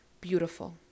beautiful